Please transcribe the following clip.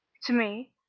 to me,